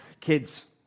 kids